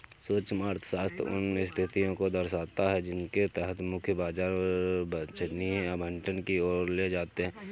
सूक्ष्म अर्थशास्त्र उन स्थितियों को दर्शाता है जिनके तहत मुक्त बाजार वांछनीय आवंटन की ओर ले जाते हैं